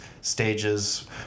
stages